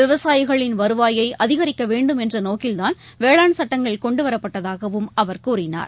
விவசாயிகளின் வருவாயைஅதிகரிக்கவேண்டும் என்றுநோக்கில்தான் வேளான் சட்டங்கள் கொண்டுவரப்பட்டதாகவும் அவர் கூறினார்